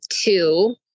two